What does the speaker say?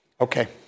Okay